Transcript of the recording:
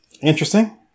interesting